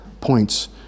points